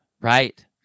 Right